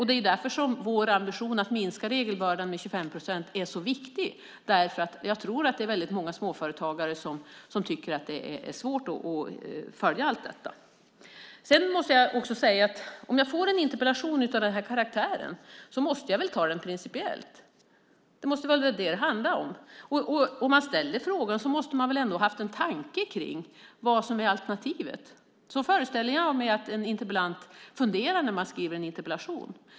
Det är därför vår ambition att minska regelbördan med 25 procent är så viktig, därför att jag tror att det är väldigt många småföretagare som tycker att det är svårt att följa allt detta. Sedan vill jag också säga att om jag får en interpellation av den här karaktären måste jag ju ta den principiellt. Det måste väl handla om det. Om man ställer frågan måste man väl också ha haft en tanke om vad alternativet är. Så föreställer jag mig att en interpellant funderar när han eller hon skriver en interpellation.